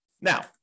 Now